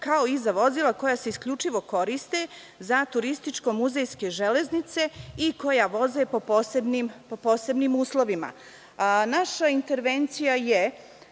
kao i za vozila koja se isključivo koriste za turističko-muzejske železnice i koja voze po posebnim uslovima“.Naša intervencija je